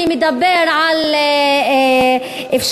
שדיבר על זה